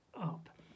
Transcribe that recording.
up